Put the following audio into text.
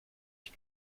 ich